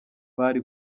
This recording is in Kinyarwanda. bari